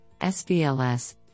SVLS